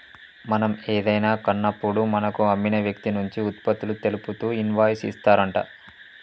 మనం ఏదైనా కాన్నప్పుడు మనకు అమ్మిన వ్యక్తి నుంచి ఉత్పత్తులు తెలుపుతూ ఇన్వాయిస్ ఇత్తారంట